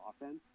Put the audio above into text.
offense